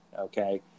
Okay